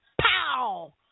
pow